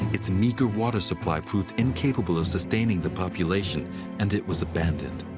it's meager water supply proved incapable of sustaining the population and it was abandoned.